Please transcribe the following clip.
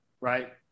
right